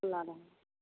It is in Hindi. खुला रहे